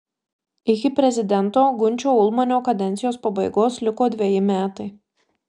iki prezidento gunčio ulmanio kadencijos pabaigos liko dveji metai